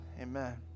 amen